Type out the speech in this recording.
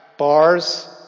Bars